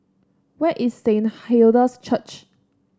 where is Saint Hilda's Church